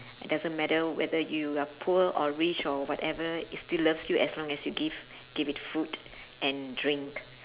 doesn't matter whether you are poor or rich or whatever it still loves you as long as you give give it food and drink